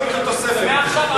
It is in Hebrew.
מעכשיו,